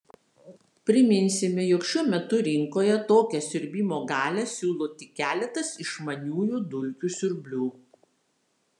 priminsime jog šiuo metu rinkoje tokią siurbimo galią siūlo tik keletas išmaniųjų dulkių siurblių